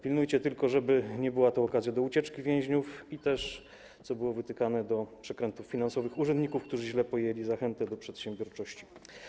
Pilnujcie tylko, żeby nie była to okazja do ucieczki więźniów i, co było wytykane, do przekrętów finansowych urzędników, którzy źle pojęli zachętę do przedsiębiorczości.